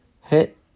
hit